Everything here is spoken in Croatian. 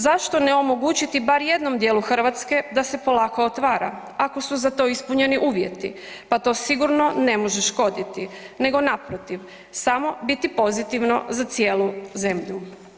Zašto ne omogućiti bar jednom dijelu Hrvatske da se polako otvara ako su za to ispunjeni uvjeti, pa to sigurno ne može škoditi nego naprotiv samo biti pozitivno za cijelu zemlju.